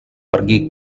pergi